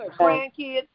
grandkids